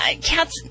cats